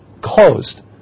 closed